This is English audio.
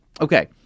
Okay